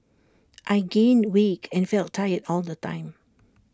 I gained weight and felt tired all the time